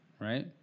right